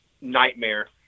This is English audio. nightmare